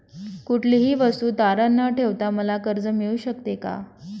कुठलीही वस्तू तारण न ठेवता मला कर्ज मिळू शकते का?